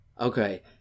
Okay